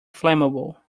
flammable